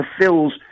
fulfills